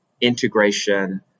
integration